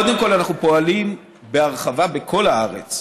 קודם כול, אנחנו פועלים בהרחבה בכל הארץ